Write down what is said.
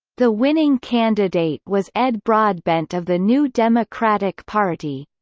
the winning candidate was ed broadbent of the new democratic party.